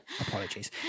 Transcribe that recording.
Apologies